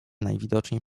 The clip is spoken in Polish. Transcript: najwidoczniej